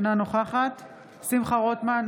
אינה נוכחת שמחה רוטמן,